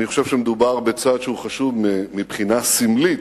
אני חושב שמדובר בצעד שהוא חשוב מבחינה סמלית,